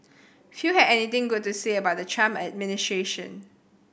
few had anything good to say about the Trump administration